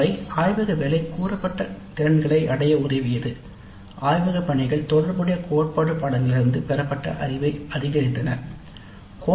அவை "ஆய்வக வேலை கூறப்பட்ட திறன்களை அடைய உதவியது " ஆய்வக பணிகள் தொடர்புடைய கோட்பாடு பாடநெறிகளிலிருந்து பெறப்பட்ட அறிவை அதிகரித்தன"